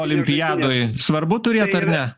olimpiadoj svarbu turėt ar ne